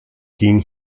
kim